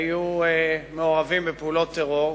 היו מעורבים בפעולות טרור.